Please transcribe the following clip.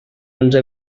onze